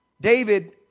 David